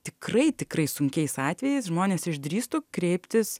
tikrai tikrai sunkiais atvejais žmonės išdrįstų kreiptis